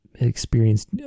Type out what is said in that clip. experienced